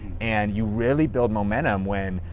and you really build momentum when,